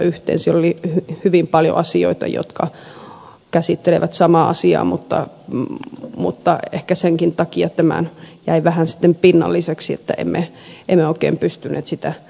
siellä oli hyvin paljon asioita jotka käsittelevät samaa asiaa mutta ehkä senkin takia tämä jäi vähän pinnalliseksi ja emme oikein pystyneet sitä linkitystä tekemään